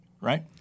right